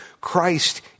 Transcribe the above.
Christ